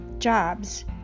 Jobs